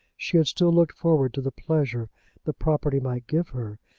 she had still looked forward to the pleasure the property might give her,